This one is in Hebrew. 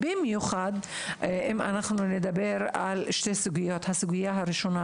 נדבר במיוחד על שתי סוגיות: ראשית,